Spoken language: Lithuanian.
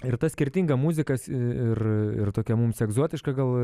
ir ta skirtinga muzikas ir tokia mums egzotiška gal